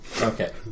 Okay